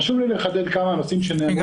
חשוב לי לחדד כמה נושאים שנאמרו פה.